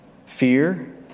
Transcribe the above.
Fear